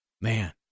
man